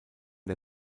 der